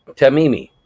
tehmimi,